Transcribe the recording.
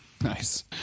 Nice